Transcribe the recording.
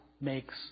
makes